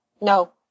No